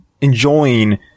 enjoying